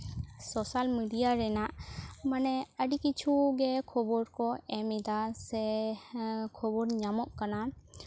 social media ᱨᱮᱱᱟᱜ ᱢᱟᱱᱮ ᱟᱹᱰᱤ ᱠᱤᱪᱷᱩ ᱜᱮ ᱠᱷᱚᱵᱚᱨ ᱠᱚ ᱮᱢ ᱮᱫᱟ ᱥᱮ ᱠᱷᱚᱵᱚᱨ ᱧᱟᱢᱚᱜ ᱠᱟᱱᱟ